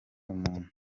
umuntu